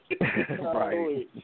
Right